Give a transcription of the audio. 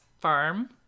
Farm